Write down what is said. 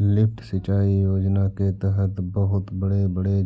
lift सिंचाई योजना के तहत बहुत बड़े बड़े